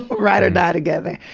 ride or die together.